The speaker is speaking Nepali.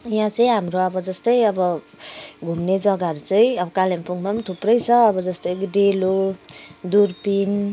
यहाँ चाहिँ हाम्रो अब जस्तै अब घुम्ने जगाहरू चाहिँ अब कालिम्पोङमा पनि थुप्रै छ अब जस्तै डेलो दुर्पिन